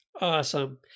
Awesome